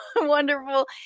wonderful